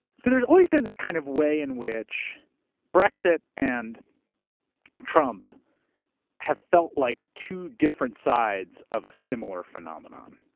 so there's always been this kind of way in which brexit and trump have felt like two different sides of a similar phenomenon.